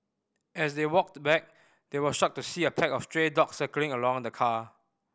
as they walked back they were shocked to see a pack of stray dogs circling around the car